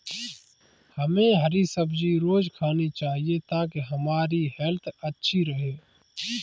हमे हरी सब्जी रोज़ खानी चाहिए ताकि हमारी हेल्थ अच्छी रहे